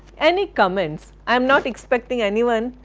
any comments? i am not expecting anyone,